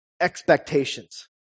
expectations